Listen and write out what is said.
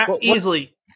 easily